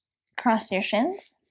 cross your shins